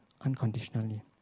unconditionally